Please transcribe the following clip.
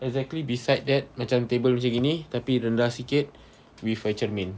exactly beside that macam table macam gini tapi rendah sikit with a cermin